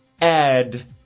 add